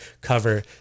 cover